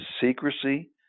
secrecy